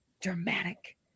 Dramatic